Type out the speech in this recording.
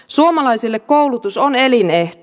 suomalaisille koulutus on elinehto